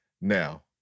Now